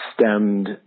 stemmed